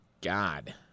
God